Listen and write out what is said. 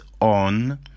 on